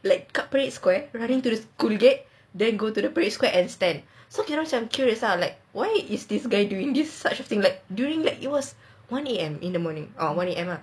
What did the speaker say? like dekat parade square running to the school gate then go to the parade square and stand kita orang macam curious ah like why is this guy doing this such a thing like during like it was one A_M in the morning oh one A_M lah